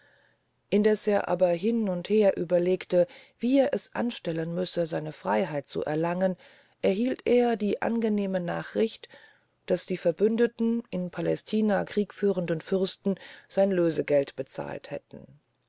er aber hin und her überlegte wie er es anstellen müsse seine freiheit zu erlangen erhielt er die angenehme nachricht daß die verbündeten in palästina kriegführenden fürsten sein lösegeld bezahlt hätten